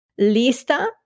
Lista